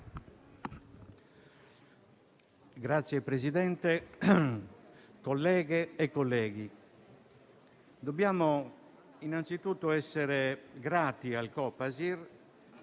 Signora Presidente, colleghe e colleghi, dobbiamo innanzitutto essere grati al Copasir